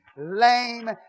lame